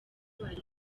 bari